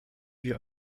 wir